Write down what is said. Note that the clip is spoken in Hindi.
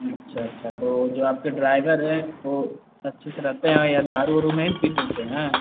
अच्छा अच्छा तो जो आपके ड्राइवर हैं वो अच्छे से रहते हैं या दारू ओरू नहीं पीते ओते हैं